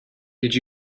did